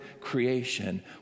creation